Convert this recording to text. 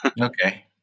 Okay